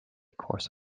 course